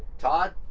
todd,